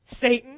Satan